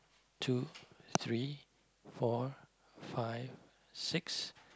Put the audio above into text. two three four five six